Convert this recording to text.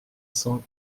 cents